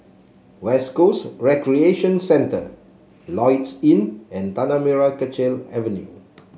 West Coast Recreation Centre Lloyds Inn and Tanah Merah Kechil Avenue